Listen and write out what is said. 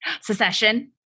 Secession